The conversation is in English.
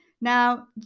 now